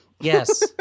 Yes